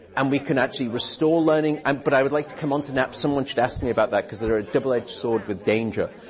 and we can actually restore learning. um but i would like to come on to naps. someone should ask me about that, because they're a double-edged sword with danger.